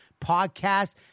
podcast